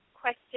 question